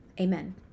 amen